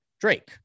Drake